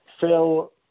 Phil